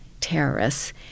terrorists